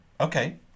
Okay